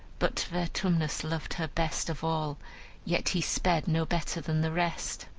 but vertumnus loved her best of all yet he sped no better than the rest.